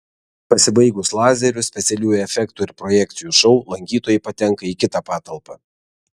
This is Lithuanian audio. pasibaigus lazerių specialiųjų efektų ir projekcijų šou lankytojai patenka į kitą patalpą